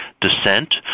descent